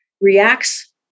reacts